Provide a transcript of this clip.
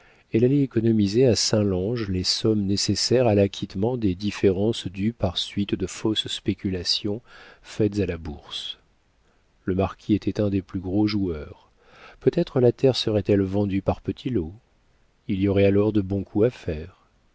elle allait économiser à saint lange les sommes nécessaires à l'acquittement des différences dues par suite de fausses spéculations faites à la bourse le marquis était un des plus gros joueurs peut-être la terre serait-elle vendue par petits lots il y aurait alors de bons coups à faire